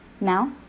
Now